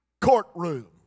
courtroom